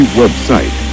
website